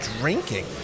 drinking